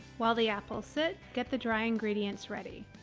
while the apples sit, get the dry ingredients ready.